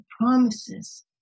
promises